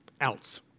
else